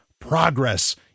progress